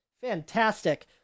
Fantastic